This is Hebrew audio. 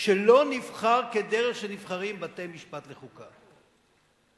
שלא נבחר כדרך שנבחרים בתי-משפט לחוקה,